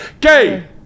gay